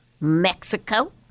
Mexico